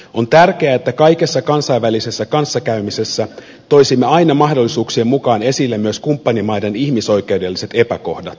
on tärkeää että kaikessa kansainvälisessä kanssakäymisessä toisimme aina mahdollisuuksien mukaan esille myös kumppanimaiden ihmisoikeudelliset epäkohdat